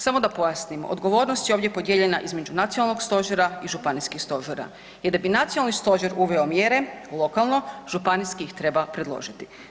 Samo da pojasnim, odgovornost je ovdje podijeljena između nacionalnog stožera i županijskih stožera jer da bi nacionalni stožer uveo mjere lokalno županijski ih treba predložiti.